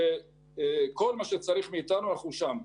כל מה שצריך מאיתנו, אנחנו שם.